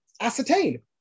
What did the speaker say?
ascertain